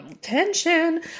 tension